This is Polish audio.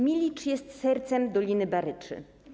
Milicz jest sercem Doliny Baryczy.